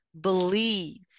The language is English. believe